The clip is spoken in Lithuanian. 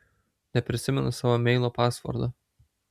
neprisimenu savo meilo pasvordo